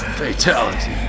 Fatality